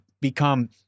become